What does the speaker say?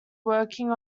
working